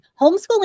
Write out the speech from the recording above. Homeschooling